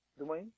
Dwayne